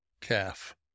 calf